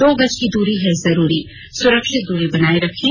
दो गज की दूरी है जरूरी सुरक्षित दूरी बनाए रखें